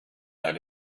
alle